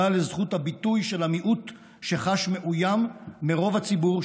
לזכות הביטוי של המיעוט שחש מאוים מרוב הציבור,